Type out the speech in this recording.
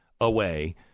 away